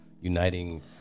uniting